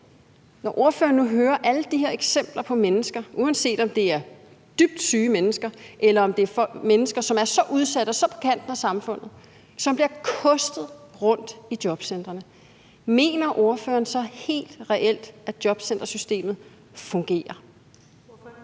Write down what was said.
Når ordføreren nu hører alle de her eksempler på mennesker, uanset om det er meget syge mennesker eller mennesker, som er udsatte og lever på kanten af samfundet, som bliver kostet rundt af jobcentrene, mener ordføreren så helt ærligt, at jobcentersystemet fungerer?